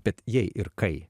bet jei ir kai